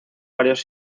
varios